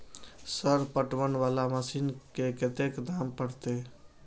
Sir पटवन वाला machine के कतेक दाम परतें?